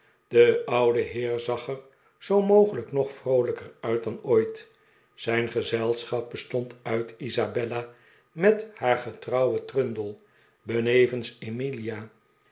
de oude heer zag er zoo mogelijk nog vroolijker uit dan ooi't zijn gezelschap bestond uit isabella met haar getrouwen trundle benevens emilia